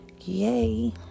yay